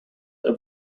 over